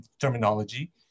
terminology